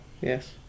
yes